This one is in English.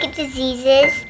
diseases